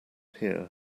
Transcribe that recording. here